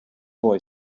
boy